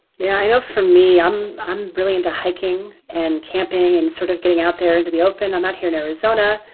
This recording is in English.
yeah i know for me i'm i'm really into hiking and camping, and sort of getting out there into the open. i'm out here in arizona,